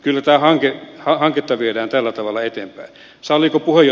kyllä tätä hanketta viedään tällä tavalla eteenpäin